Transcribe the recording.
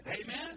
Amen